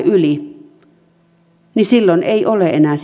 yli niin silloin ei ole enää